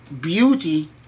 Beauty